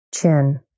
Chin